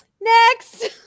next